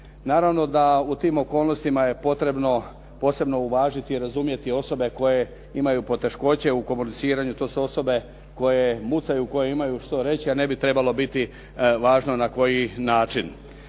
Naravno da u tim okolnostima je potrebno posebno uvažiti i razumjeti osobe koje imaju poteškoće u komuniciranju a to su osobe koje mucaju, koje imaju što reći a ne bi trebalo biti važno na koji način.